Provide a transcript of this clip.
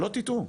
שלא תטעו.